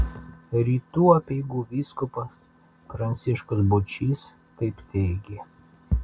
rytų apeigų vyskupas pranciškus būčys taip teigė